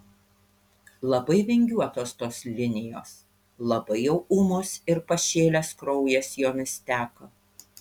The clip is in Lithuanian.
labai vingiuotos tos linijos labai jau ūmus ir pašėlęs kraujas jomis teka